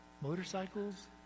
motorcycles